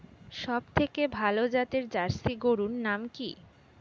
সবথেকে ভালো জাতের জার্সি গরুর নাম কি?